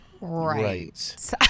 Right